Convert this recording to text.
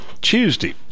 tuesday